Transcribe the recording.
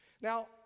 Now